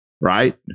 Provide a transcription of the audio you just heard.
right